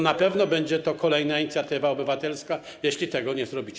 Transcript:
Na pewno będzie to kolejna inicjatywa obywatelska, jeśli tego nie zrobicie.